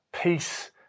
peace